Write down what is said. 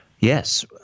Yes